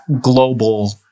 global